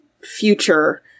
future